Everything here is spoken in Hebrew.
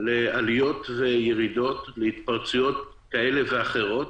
לעליות ולירידות, להתפרצויות כאלה ואחרות,